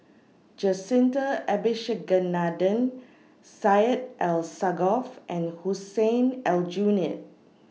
Jacintha Abisheganaden Syed Alsagoff and Hussein Aljunied